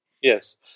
yes